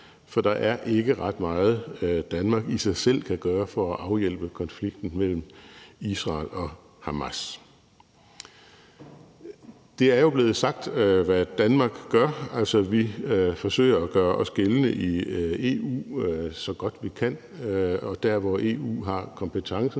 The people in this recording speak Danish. for der er ikke ret meget, Danmark i sig selv kan gøre for at afhjælpe konflikten mellem Israel og Hamas. Det er jo blevet sagt, hvad Danmark gør. Altså, vi forsøger at gøre os gældende i EU, så godt vi kan, og der, hvor EU har kompetencen,